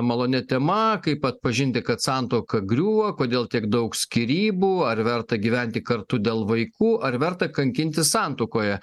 malonia tema kaip atpažinti kad santuoka griūva kodėl tiek daug skyrybų ar verta gyventi kartu dėl vaikų ar verta kankintis santuokoje